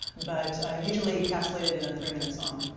but usually encapsulated in a three-minute song.